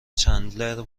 چندلر